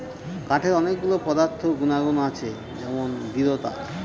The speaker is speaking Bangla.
কাঠের অনেক গুলো পদার্থ গুনাগুন আছে যেমন দৃঢ়তা